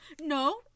No